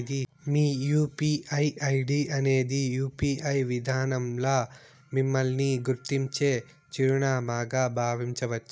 మీ UPI ID అనేది UPI విదానంల మిమ్మల్ని గుర్తించే చిరునామాగా బావించచ్చు